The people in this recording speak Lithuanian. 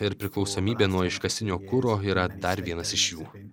ir priklausomybė nuo iškastinio kuro yra dar vienas iš jų